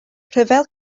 rhyfel